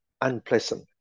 unpleasant